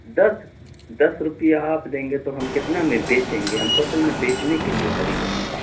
دس دس روپیہ آپ دیں گے تو ہم کتنا میں بیچیں گے ہم اصل میں بیچنے کے لیے خریدنا تھا